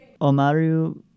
Omaru